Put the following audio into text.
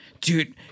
dude